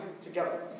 together